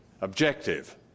objective